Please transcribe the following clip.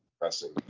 pressing